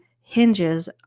hinges